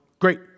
great